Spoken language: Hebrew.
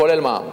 כולל מע"מ.